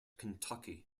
kentucky